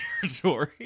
territory